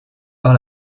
par